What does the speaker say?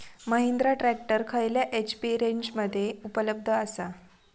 Mahindra tractor खयल्या HP रेंजमध्ये उपलब्ध आसा?